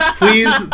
please